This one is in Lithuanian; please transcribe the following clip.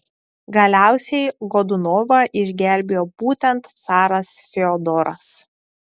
galiausiai godunovą išgelbėjo būtent caras fiodoras